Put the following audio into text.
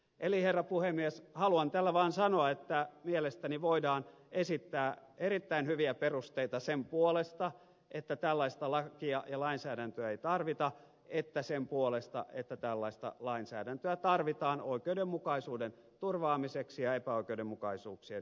eli herra puhemies haluan tällä vaan sanoa että mielestäni voidaan esittää erittäin hyviä perusteita sekä sen puolesta että tällaista lakia ja lainsäädäntöä ei tarvita että sen puolesta että tällaista lainsäädäntöä tarvitaan oikeudenmukaisuuden turvaamiseksi ja epäoikeudenmukaisuuksien estämiseksi